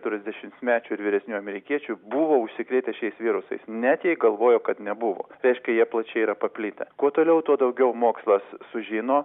keturiasdešimmečių ir vyresnių amerikiečių buvo užsikrėtę šiais virusais net jei galvojo kad nebuvo tai reiškia jie plačiai yra paplitę kuo toliau tuo daugiau mokslas sužino